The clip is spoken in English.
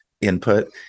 input